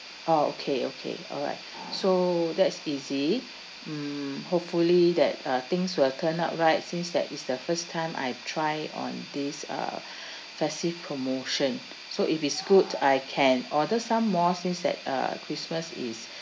oh okay okay alright so that's easy mm hopefully that uh things will turn out right since that it's the first time I try on this uh festive promotion so if it's good I can order some more since that uh christmas is